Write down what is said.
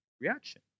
reaction